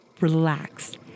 relaxed